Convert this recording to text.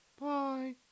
Bye